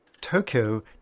Tokyo